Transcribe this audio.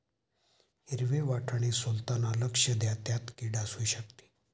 हिरवे वाटाणे सोलताना लक्ष द्या, त्यात किड असु शकते